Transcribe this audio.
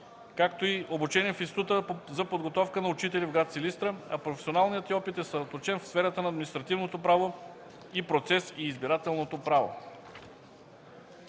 както и обучение в Института за подготовка на учители в гр. Силистра, а професионалният й опит е съсредоточен в сферата на административното право и процес и избирателното право.